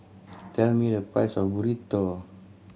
tell me the price of Burrito